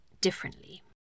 differently